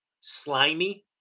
slimy